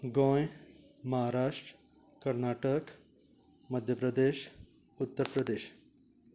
Goa Maharashtra Karnataka Madhya Pradesh Uttar Pradesh